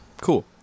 cool